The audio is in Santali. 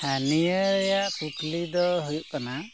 ᱦᱮᱸ ᱱᱤᱭᱟᱹ ᱨᱮᱭᱟᱜ ᱠᱩᱠᱞᱤ ᱫᱚ ᱦᱩᱭᱩᱜ ᱠᱟᱱᱟ